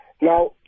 Now